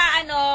ano